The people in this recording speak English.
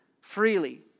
freely